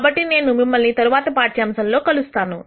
కాబట్టి నేను మిమ్మల్ని తర్వాతి పాఠ్యాంశంలో కలుస్తాను